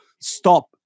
stop